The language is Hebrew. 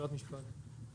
--- ברירת משפט, כן.